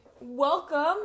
Welcome